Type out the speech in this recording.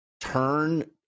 turn